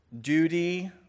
duty